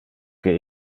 que